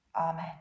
Amen